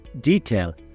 detail